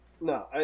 No